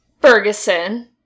Ferguson